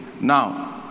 Now